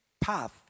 path